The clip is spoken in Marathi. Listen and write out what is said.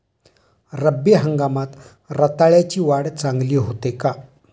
रब्बी हंगामात रताळ्याची वाढ चांगली होते का?